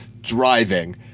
driving